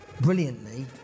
brilliantly